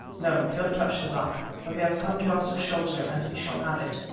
no, don't touch the buck, for he has come to us for shelter, and he shall have it.